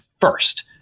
first